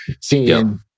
Seeing